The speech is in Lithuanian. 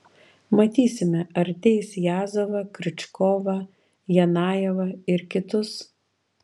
matysime ar teis jazovą kriučkovą janajevą ir kitus